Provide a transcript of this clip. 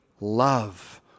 love